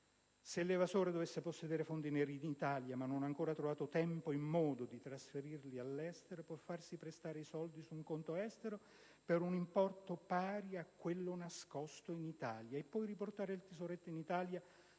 Se l'evasore dovesse possedere fondi neri in Italia, ma non avesse ancora trovato il tempo e il modo di trasferirli all'estero, può farsi prestare i soldi su un conto estero per un importo pari a quello nascosto in Italia e poi riportare il tesoretto in Italia